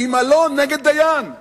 עם אלון נגד דיין.